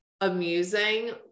amusing